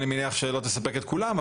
אני מניח שהיא לא תספק את כולם,